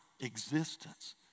existence